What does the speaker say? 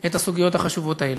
את הסוגיות החשובות האלה.